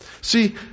See